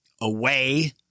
away